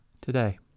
today